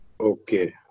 okay